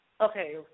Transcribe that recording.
okay